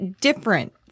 different